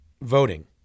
voting